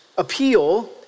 appeal